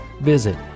Visit